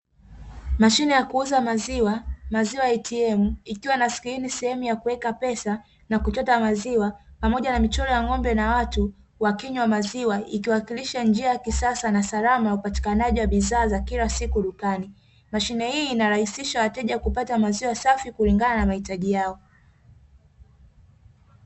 Mashine ya kuuza maziwa''MAZIWA ATM''ikiwa na skrini sehemu ya kuweka pesa na kuchota maziwa pamoja na michoro ya ng'ombe na watu wakinywa maziwa ikiwakilisha njia ya kisasa na salama ya upatikanaji wa bidhaa za kilasiku dukani, mashine hii inarahisisha wateja kupata maziwa safi kulingana na mahitaji yao.